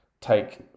take